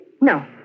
No